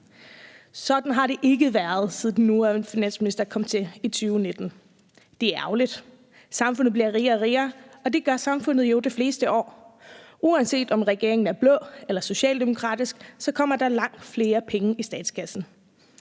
Sådan har det ikke været, siden den nuværende finansminister kom til i 2019. Det er ærgerligt. Samfundet bliver rigere og rigere, og det gør samfundet jo de fleste år. Uanset om regeringen er blå eller socialdemokratisk, så kommer der langt flere penge i statskassen